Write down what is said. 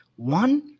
One